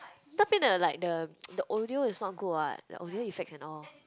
then I feel like the like the the audio is not good what the audio effect and all